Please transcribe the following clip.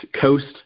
Coast